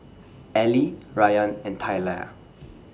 Allie Rayan and Talia